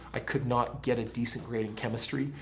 i could not get a decent grade in chemistry.